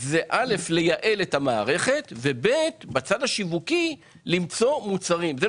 כי באמת, כפי שאמרתם, בפעמים הקודמות, מצד